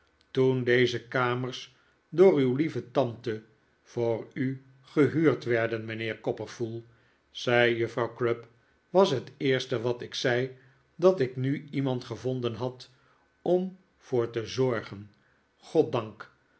toen deze kamers door uw lieve tante voor u gehuurd werden mijnheer copperfull zei juffrouw crupp was het eerste wat ik zei dat ik nu iemand gevonden had om voor te zorgen goddank